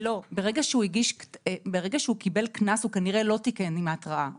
ברגע שהוא קיבל קנס הוא כנראה לא תיקן עם ההתראה.